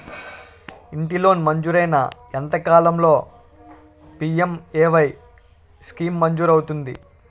ఇంటి లోన్ మంజూరైన ఎంత కాలంలో పి.ఎం.ఎ.వై స్కీమ్ మంజూరు అవుతుంది?